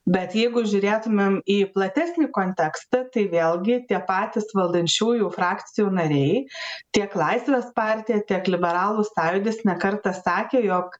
bet jeigu žiūrėtumėm į platesnį kontekstą tai vėlgi tie patys valdančiųjų frakcijų nariai tiek laisvės partija tiek liberalų sąjūdis ne kartą sakė jog